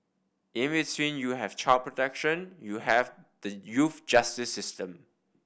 in between you have child protection you have the youth justice system